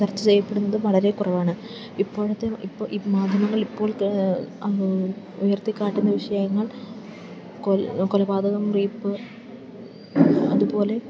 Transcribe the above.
ചർച്ച ചെയ്യപ്പെടുന്നത് വളരെ കുറവാണ് ഇപ്പോഴത്തെ ഇപ്പോൾ ഈ മാധ്യമങ്ങളില് ഇപ്പോഴെത്തെ ഉയർത്തിക്കാട്ടുന്ന വിഷയങ്ങൾ കൊലപാതകം റേപ്പ് അതുപോലെ